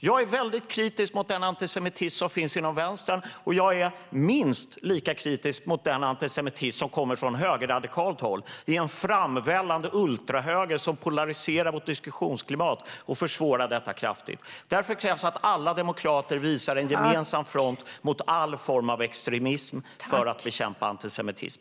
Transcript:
Jag är väldigt kritisk mot den antisemitism som finns inom vänstern, och jag är minst lika kritisk mot den antisemitism som kommer från högerradikalt håll, i en framvällande ultrahöger som polariserar vårt diskussionsklimat och försvårar detta kraftigt. För att bekämpa antisemitismen krävs att alla demokrater visar en gemensam front mot all form av extremism.